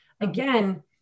Again